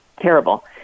terrible